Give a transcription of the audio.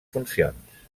funcions